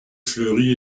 fleury